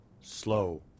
Slow